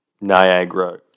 Niagara